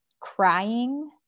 crying